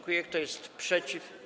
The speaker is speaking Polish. Kto jest przeciw?